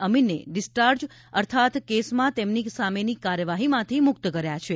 અમીનને discharge અર્થાંત કેસમાં તેમની સામેની કાર્યવાહીમાંથી મુક્ત કર્યા છે